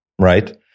right